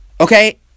Okay